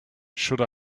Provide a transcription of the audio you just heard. should